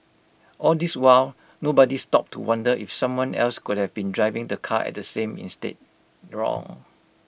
all this while nobody stopped to wonder if someone else could have been driving the car at the same instead wrong